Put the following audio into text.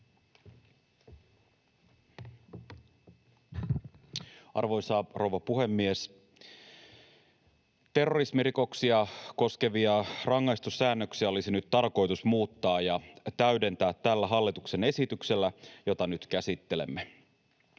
Arvoisa rouva puhemies! Terrorismirikoksia koskevia rangaistussäännöksiä olisi nyt tarkoitus muuttaa ja täydentää tällä hallituksen esityksellä, jota nyt käsittelemme.